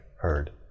heard